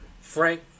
Frank